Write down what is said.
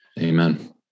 Amen